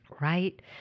right